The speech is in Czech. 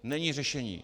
Není řešení.